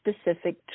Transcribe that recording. specific